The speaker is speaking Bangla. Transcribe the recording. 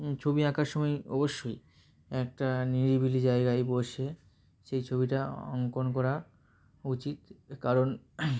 ছবি আঁকার সময় অবশ্যই একটা নিরিবিলি জায়গায় বসে সেই ছবিটা অঙ্কন করা উচিত কারণ